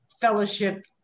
fellowship